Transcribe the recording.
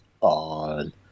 on